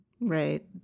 Right